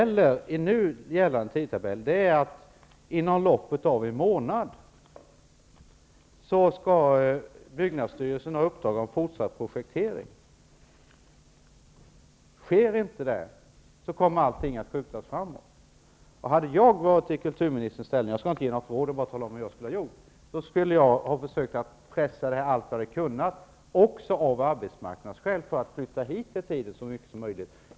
Vad det handlar om enligt nu gällande tidtabell är att byggnadsstyrelsen inom loppet av en månad skall ha ett uppdrag om fortsatt projektering. Sker inte det, kommer allting att skjutas framåt. Hade jag varit i kulturministerns ställning -- jag skall inte ge något råd utan bara tala om hur jag skulle ha gjort -- skulle jag ha försökt att pressa på allt vad jag hade kunnat, också av arbetsmarknadsskäl, för att tidigarelägga detta så mycket som möjligt.